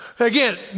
Again